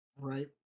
right